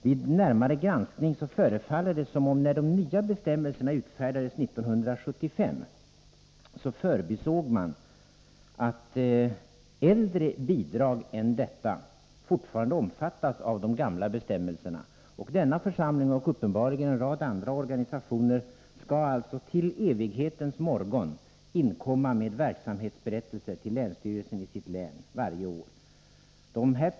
Vid närmare granskning förefaller det som om man när de nya bestämmelserna utfärdades 1975 förbisåg att äldre bidrag än detta fortfarande omfattas av de gamla bestämmelserna. Och denna församling, och uppenbarligen en rad andra organisationer, skall alltså till evighetens morgon inkomma med verksamhetsberättelse till länsstyrelsen i sitt län varje år.